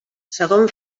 segon